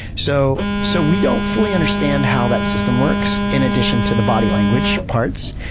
so so we don't fully understand how that system works in addition to the body language parts,